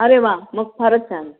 अरे वा मग फारच छान